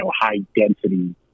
high-density